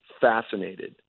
fascinated